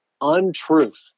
untruth